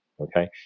okay